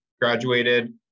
graduated